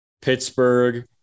Pittsburgh